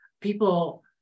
people